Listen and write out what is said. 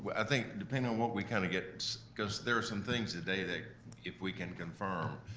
i think depending on what we kind of get, cause there's some things today that, if we can confirm,